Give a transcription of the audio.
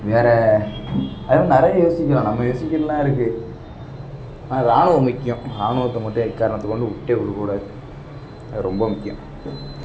வேறு அது நிறைய யோசிக்கலாம் நம்ம யோசிக்கறதில் தான் இருக்குது ஆனால் ராணுவம் முக்கியம் ராணுவத்தை மட்டும் எக்காரணத்தைக் கொண்டும் விட்டே கொடுக்கக்கூடாது அது ரொம்ப முக்கியம்